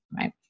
Right